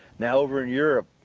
now, over in europe,